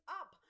up